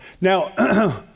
Now